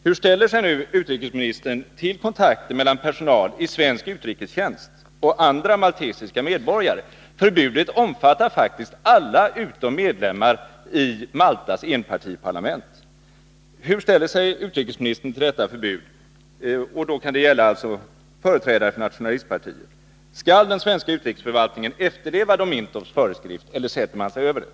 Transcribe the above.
Hur ställer sig utrikesministern till kontakter mellan personal i svensk utrikestjänst och andra maltesiska medborgare än dem som ingår i socialistpartiets riksdagsgrupp, t.ex. företrädare för nationalistpartiet? Förbudet omfattar faktiskt alla, utom medlemmar i Maltas enpartiparlament. Skall den svenska utrikesförvaltningen efterleva Dom Mintoffs föreskrift eller skall man sätta sig över den?